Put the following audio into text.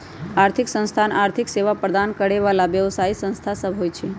आर्थिक संस्थान आर्थिक सेवा प्रदान करे बला व्यवसायि संस्था सब होइ छै